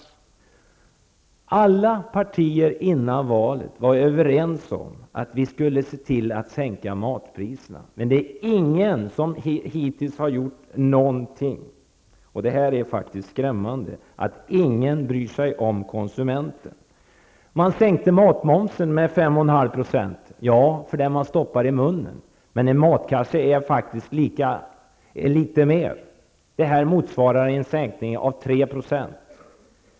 Från alla partier var vi före valet överens om att vi skulle se till att matpriserna sänktes. Men hittills har inte någon gjort någonting i det avseendet. Det är faktiskt skrämmande att ingen bryr sig om konsumenterna. Matmomsen har sänkts med 5,5 %-- ja, för sådant som man stoppar i munnen. Men en matkasse är faktiskt litet mer än så. Det hela motsvarar en sänkning med 3 %.